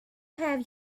have